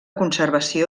conservació